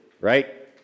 right